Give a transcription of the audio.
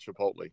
Chipotle